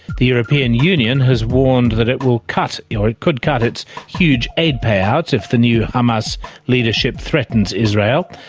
the european union has warned that it will cut, or it could cut, its huge aid payout if the new hamas leadership threatens israel.